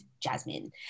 Jasmine